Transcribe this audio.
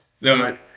no